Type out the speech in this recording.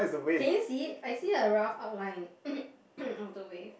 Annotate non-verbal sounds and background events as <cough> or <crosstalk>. can you see it I see a rough outline <coughs> of the wave